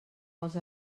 vols